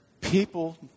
people